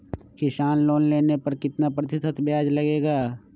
किसान लोन लेने पर कितना प्रतिशत ब्याज लगेगा?